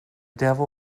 devil